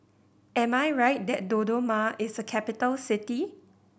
am I right that Dodoma is a capital city